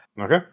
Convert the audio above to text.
Okay